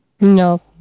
No